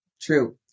true